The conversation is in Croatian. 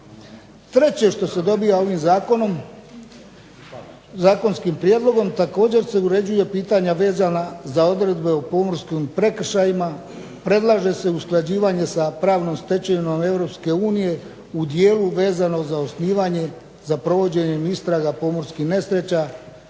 Treće što se dobija ovim zakonskim prijedlogom, također se uređuju putanja vezana za odredbe o pomorskim prekršajima. Predlaže se usklađivanje sa pravnom stečevinom EU u dijelu vezano za osnivanje za provođenjem istraga pomorskih nesreća